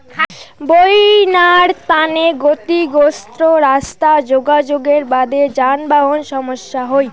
বইন্যার তানে ক্ষতিগ্রস্ত রাস্তা যোগাযোগের বাদে যানবাহন সমস্যা হই